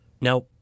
Now